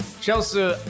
Chelsea